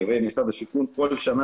משרד השיכון כל שנה